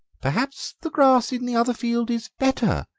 perhaps the grass in the other field is better,